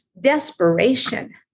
desperation